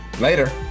later